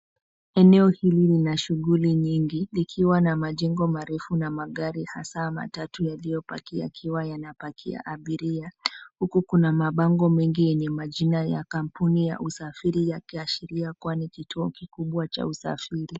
Eneo hili lina shughuli nyingi, likiwa na majengo mbalimbali na magari kadhaa, ikiwa ni pamoja na magari matatu yameegeshwa kwa ajili ya abiria. Kwenye eneo hilo pia kuna mabango mengi yanayoonyesha majina ya kampuni za usafiri, zikionyesha kwamba ni sehemu kubwa ya usafiri